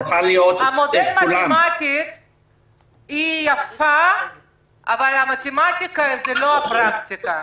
המודל המתמטי יפה אבל המתמטיקה היא לא הפרקטיקה.